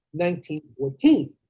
1914